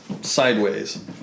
sideways